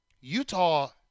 Utah